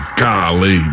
golly